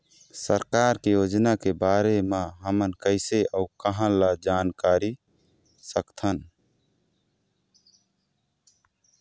सरकार के योजना के बारे म हमन कैसे अऊ कहां ल जानकारी सकथन?